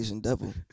devil